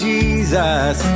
Jesus